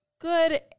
good